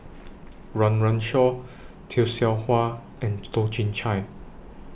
Run Run Shaw Tay Seow Huah and Toh Chin Chye